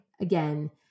again